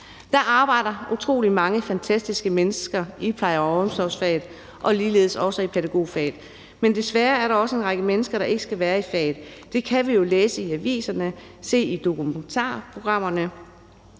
Der arbejder utrolig mange fantastiske mennesker i pleje- og omsorgsfaget og ligeledes også i pædagogfaget, men desværre er der også en række mennesker, der ikke skal være i faget. Det kan vi jo læse i aviserne og se i dokumentarprogrammerne.